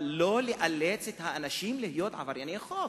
אי-אפשר לאלץ את האנשים להיות עברייני חוק.